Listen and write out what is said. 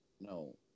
no